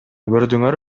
көрдүңөр